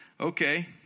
Okay